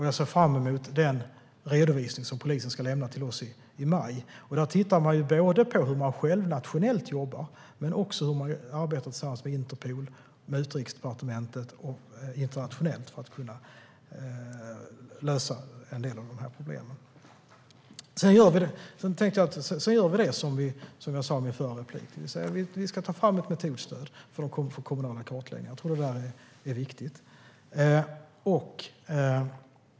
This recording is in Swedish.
Jag ser fram emot den redovisning som polisen ska lämna till oss i maj. Där tittar man på hur man själv, nationellt, jobbar men också på hur man arbetar tillsammans med Interpol och med Utrikesdepartementet och internationellt för att kunna lösa en del av de här problemen. Sedan gör vi det som jag sa i mitt förra anförande. Vi ska ta fram ett metodstöd för den kommunala kartläggningen. Jag tror att det är viktigt.